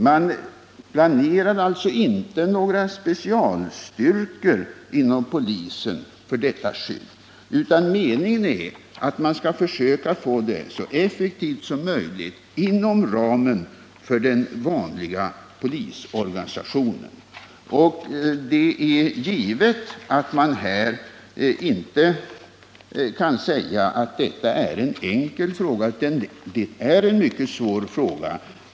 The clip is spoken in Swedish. Man planerar alltså inte några specialstyrkor inom polisen för detta skydd, utan meningen är att man skall försöka få det så effektivt som möjligt inom ramen för den vanliga Detta är givetvis ingen enkel fråga — den är tvärtom mycket svår.